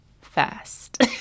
fast